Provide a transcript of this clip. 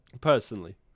personally